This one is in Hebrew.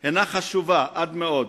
היא חשובה עד מאוד,